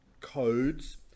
codes